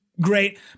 great